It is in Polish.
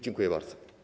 Dziękuję bardzo.